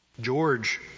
George